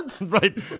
right